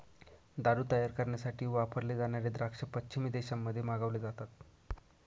दारू तयार करण्यासाठी वापरले जाणारे द्राक्ष पश्चिमी देशांमध्ये मागवले जातात